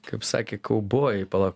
kaip sakė kaubojai palauk